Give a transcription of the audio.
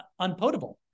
unpotable